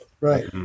Right